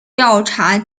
调查